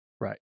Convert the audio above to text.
Right